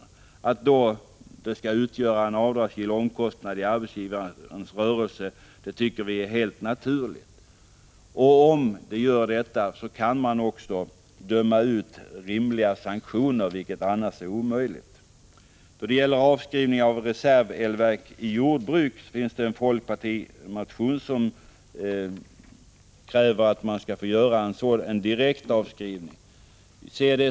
Att arbetsrättsligt skadestånd skall anses utgöra driftkostnad i arbetsgivarens rörelse tycker vi är helt naturligt. Man kan då också utdöma rimliga sanktioner, vilket annars är omöjligt. Folkpartiet har i en motion tagit upp frågan om avskrivning av reservelverk i jordbruk och krävt att direktavskrivning skall medges.